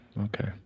Okay